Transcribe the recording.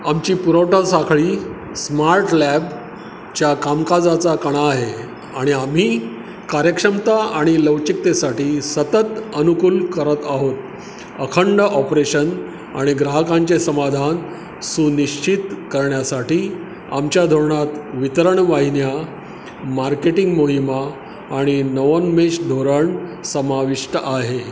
आमची पुरवठा साखळी स्मार्ट लॅबच्या कामकाजाचा कणा आहे आणि आम्ही कार्यक्षमता आणि लवचिकतेसाठी सतत अनुकूल करत आहोत अखंड ऑपरेशन आणि ग्राहकांचे समाधान सुनिश्चित करण्यासाठी आमच्या धोरणात वितरण वाहिन्या मार्केटिंग मोहिमा आणि नवोन्मेष धोरण समाविष्ट आहे